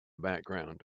background